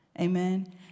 Amen